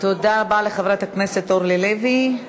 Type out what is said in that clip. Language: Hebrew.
תודה רבה לחברת הכנסת אורלי לוי.